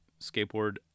skateboard